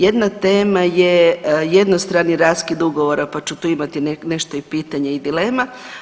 Jedna tema je jednostrani raskid ugovora, pa ću tu imati nešto i pitanje i dilema.